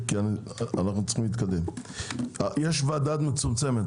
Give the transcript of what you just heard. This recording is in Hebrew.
יש ועדה מצומצמת.